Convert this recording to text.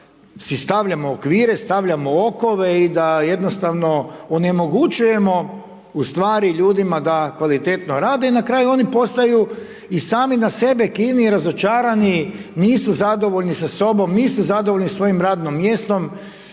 da si stavljamo okvire, stavljamo okove i da jednostavno onemogućujemo ustvari ljudima da kvalitetno rade i na kraju, oni postaju i sami na sebe kivni i razočarani, nisu zadovoljni sa sobom, nisu zadovoljni svojim radnim mjestom,